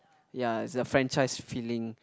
ya is a franchise feeling